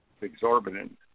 exorbitant